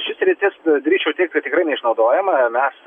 ši sritis drįsčiau teigt kad tikrai neišnaudojama mes